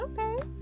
Okay